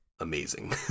amazing